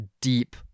deep